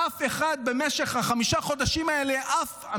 במשך חמשת החודשים האלה אף אחד,